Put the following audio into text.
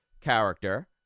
character